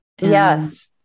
Yes